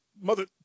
mother